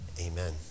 Amen